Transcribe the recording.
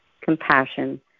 compassion